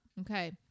Okay